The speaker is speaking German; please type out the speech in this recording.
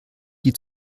die